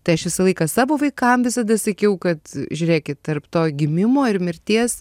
tai aš visą laiką savo vaikam visada sakiau kad žiūrėkit tarp to gimimo ir mirties